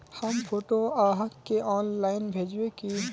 हम फोटो आहाँ के ऑनलाइन भेजबे की?